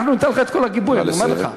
אנחנו ניתן לך את כל הגיבוי, אני אומר לך.